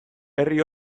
herri